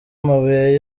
amabuye